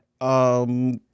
Um-